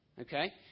Okay